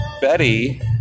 Betty